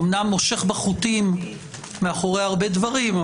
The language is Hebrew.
אומנם מושך בחוטים מאחורי הרבה דברים,